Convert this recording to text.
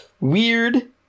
weird